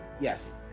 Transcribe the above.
yes